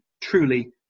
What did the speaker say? truly